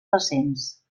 recents